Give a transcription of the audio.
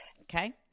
Okay